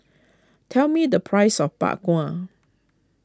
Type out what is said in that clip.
tell me the price of Bak Kwa